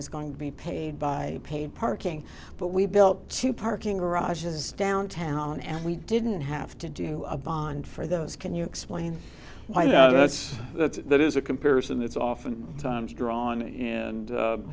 is going to be paid by paid parking but we built two parking garages downtown and we didn't have to do a bond for those can you explain why that's that's that is a comparison that's often times drawn and